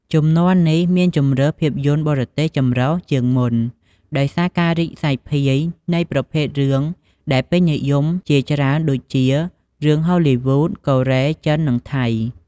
ជំនាន់នេះមានជម្រើស ភាពយន្តបរទេសចម្រុះ ជាងមុន ដោយសារការរីកសាយភាយនៃប្រភេទរឿងដែលពេញនិយមជាច្រើនដូចជា រឿងហូលីវូដ កូរ៉េ ចិន និងថៃ ។